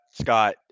Scott